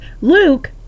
Luke